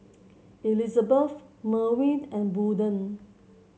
Elizebeth Merwin and Bolden